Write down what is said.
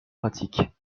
pratiques